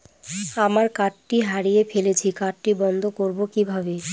আমার কার্ডটি হারিয়ে ফেলেছি কার্ডটি বন্ধ করব কিভাবে?